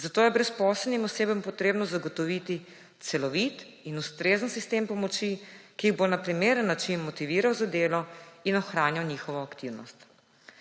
Zato je brezposelnim osebam potrebno zagotoviti celovit in ustrezen sistem pomoči, ki jih bo na primeren način motiviral za delo in ohranjal njihovo aktivnost.